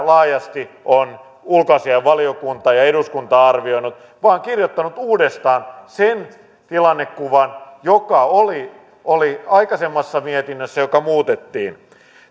laajasti ovat ulkoasiainvaliokunta ja eduskunta arvioineet vaan kirjoittanut uudestaan sen tilannekuvan joka oli oli aikaisemmassa mietinnössä joka muutettiin